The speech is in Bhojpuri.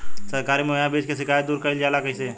सरकारी मुहैया बीज के शिकायत दूर कईल जाला कईसे?